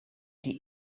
die